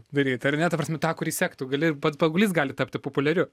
daryt ar ne ta prasme tą kurį sektų gali pats paauglys gali tapti populiariu